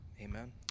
Amen